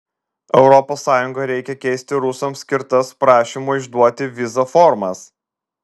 europos sąjungai reikia keisti rusams skirtas prašymo išduoti vizą formas